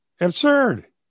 absurd